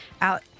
out